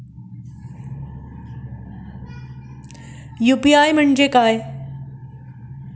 UPI म्हणजे काय?